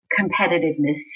competitiveness